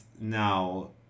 now